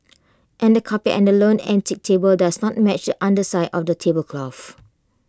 and the carpet and the lone antique table does not match underside of the tablecloth